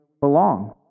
belong